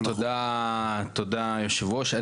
תודה היושב-ראש.